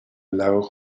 lago